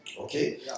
Okay